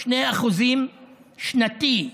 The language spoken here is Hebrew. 2% שנתי.